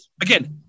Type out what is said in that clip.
Again